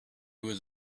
was